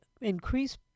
increase